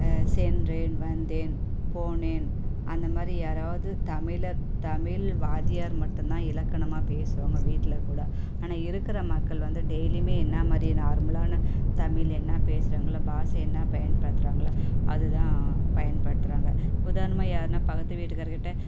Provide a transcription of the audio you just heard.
சென்றேன் வந்தேன் போனேன் அந்த மாதிரி யாராவது தமிழை தமிழ் வாத்தியார் மட்டும்தான் இலக்கணமாக பேசுவாங்க வீட்டில் கூட ஆனால் இருக்கிற மக்கள் வந்து டெய்லியும் என்னா மாதிரி நார்மலான தமிழ் என்னா பேசுகிறாங்களோ பாஷை என்ன பயன்படுத்துகிறாங்களோ அது தான் பயன்படுத்துகிறாங்க உதாரணமாக யாருனா பக்கத்து வீட்டுக்காருக்கிட்ட